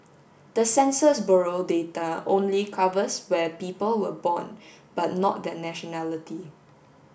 the Census Bureau data only covers where people were born but not their nationality